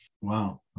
Wow